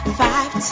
five